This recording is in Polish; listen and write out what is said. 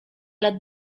lat